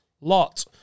lot